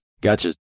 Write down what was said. Gotcha